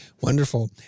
Wonderful